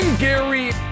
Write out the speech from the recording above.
Gary